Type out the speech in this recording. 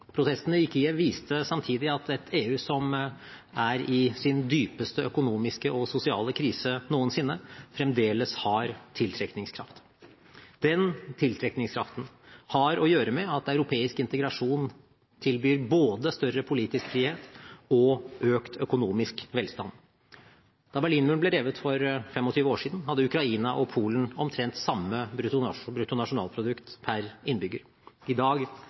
Protestene i Kiev viste samtidig at et EU som er i sin dypeste økonomiske og sosiale krise noensinne, fremdeles har tiltrekningskraft. Den tiltrekningskraften har å gjøre med at europeisk integrasjon tilbyr både større politisk frihet og økt økonomisk velstand: Da Berlinmuren ble revet for 25 år siden, hadde Ukraina og Polen omtrent samme bruttonasjonalprodukt per innbygger, i dag